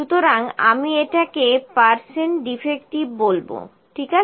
সুতরাং আমি এটাকে পার্সেন্ট ডিফেক্টিভ বলবো ঠিক আছে